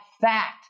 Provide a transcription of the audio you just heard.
fact